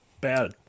bad